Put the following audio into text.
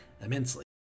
immensely